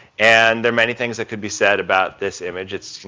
and there many things that could be said about this image. it's you